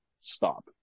stop